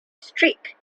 streak